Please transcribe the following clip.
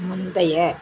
முந்தைய